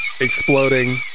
exploding